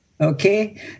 Okay